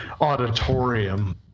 auditorium